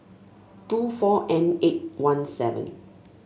two four N eight one seven